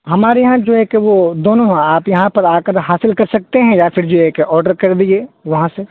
ہمارے یہاں جو ہے کہ وہ دونوں ہے آپ یہاں پر آ کر حاصل کر سکتے ہیں یا پھر جو ہے کہ آرڈر کر دیجیے وہاں سے